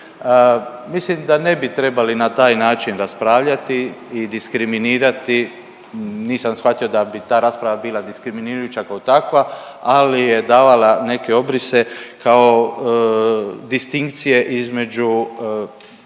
Mislim da ne bi trebali na taj način raspravljati i diskriminirati. Nisam shvatio da bi ta rasprava bila diskriminirajuća kao takva, ali je davala neke obrise kao distinkcije između